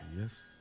Yes